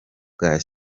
bwa